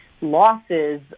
losses